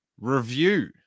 review